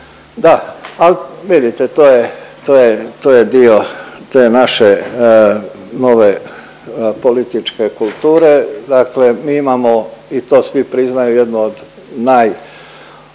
je, to je, to je dio te naše nove političke kulture, dakle mi imamo i to svi priznaju, jednu od najefikasnijih